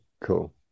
cool